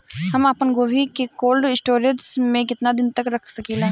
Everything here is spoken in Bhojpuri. हम आपनगोभि के कोल्ड स्टोरेजऽ में केतना दिन तक रख सकिले?